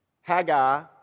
Haggai